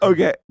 Okay